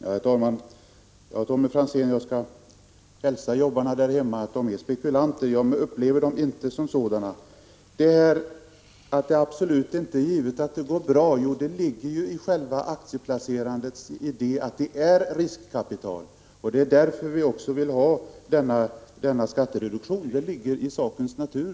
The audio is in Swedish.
Herr talman! Jag skall, Tommy Franzén, hälsa jobbarna där hemma att de är spekulanter. Jag för min del upplever dem inte som sådana. I själva aktieplacerandets idé innefattas ju att det inte är absolut givet att verksamheten går bra. Det är fråga om riskkapital, och det är därför vi vill ha denna skattereduktion. Detta ligger i sakens natur.